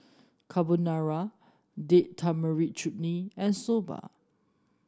Carbonara Date Tamarind Chutney and Soba